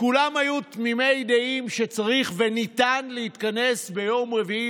כולם היו תמימי דעים שצריך וניתן להתכנס ביום רביעי